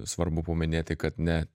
svarbu paminėti kad ne